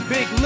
Big